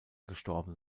gestorben